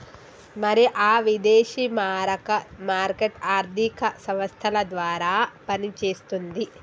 మరి ఆ విదేశీ మారక మార్కెట్ ఆర్థిక సంస్థల ద్వారా పనిచేస్తుంది